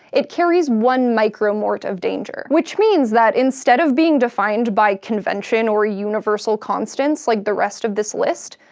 it carries one micromort of danger. which means that instead of being defined by convention or universal constants like the rest of this list,